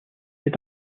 est